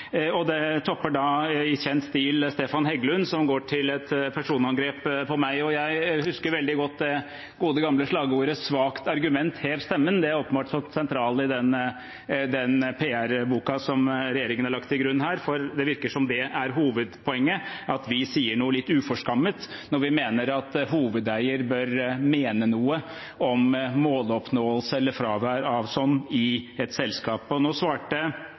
takk. Det topper da i kjent stil Stefan Heggelund, som går til et personangrep på meg. Jeg husker veldig godt det gode, gamle slagordet «svakt argument, hev stemmen». Det har åpenbart stått sentralt i den PR-boka som regjeringen har lagt til grunn her, for det virker som om det er hovedpoenget, at vi sier noe litt uforskammet når vi mener at hovedeier bør mene noe om måloppnåelse eller fravær av det i et selskap. Nå svarte